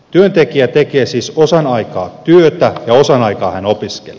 työntekijä tekee siis osan aikaa työtä ja osan aikaa hän opiskelee